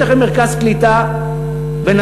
יש לכם מרכז קליטה בנצרת-עילית,